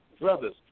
brothers